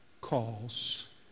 calls